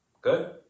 Good